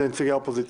לנציגי האופוזיציה.